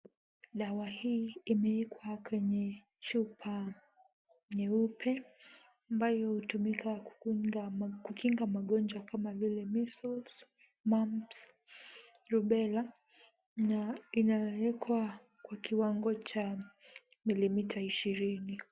Dawa hii imewekwa kwenye chupa nyeupe ambayo hutumika kukinga magonjwa kama vile measles, mumps, rubella na inawekwa kwa kiwango cha milimita ishirini.